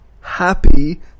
happy